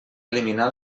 eliminar